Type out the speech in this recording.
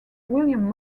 william